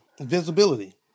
Visibility